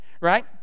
Right